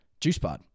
JuicePod